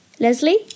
Leslie